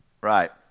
Right